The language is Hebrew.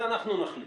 זה אנחנו נחליט.